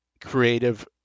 creative